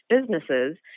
businesses